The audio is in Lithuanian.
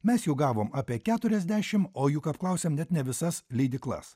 mes jų gavom apie keturiasdešimt o juk apklausėm net ne visas leidyklas